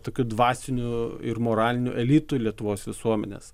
tokiu dvasiniu ir moraliniu elitu lietuvos visuomenės